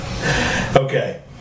Okay